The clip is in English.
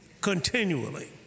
continually